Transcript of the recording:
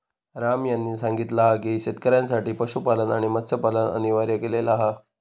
राम यांनी सांगितला हा की शेतकऱ्यांसाठी पशुपालन आणि मत्स्यपालन अनिवार्य केलेला हा